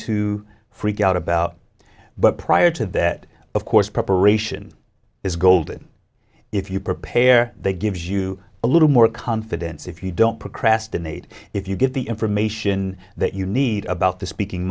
to freak out about but prior to that of course preparation is golden if you prepare they gives you a little more confidence if you don't procrastinate if you get the information that you need about the speaking